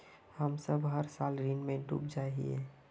हम सब हर साल ऋण में डूब जाए हीये?